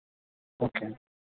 okay